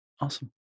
Awesome